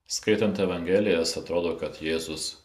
skaitant evangelijas atrodo kad jėzus